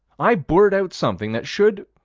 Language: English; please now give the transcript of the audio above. i blurt out something that should,